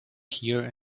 hear